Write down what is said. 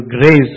grace